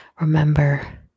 Remember